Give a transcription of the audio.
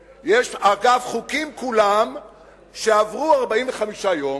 אגב, החוקים כולם עברו 45 יום,